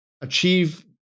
achieve